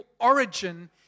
origin